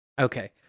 okay